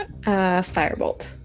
Firebolt